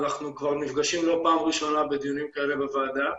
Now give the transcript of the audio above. אנחנו כבר נפגשים לא פעם ראשונה בדיונים כאלה בוועדה.